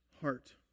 heart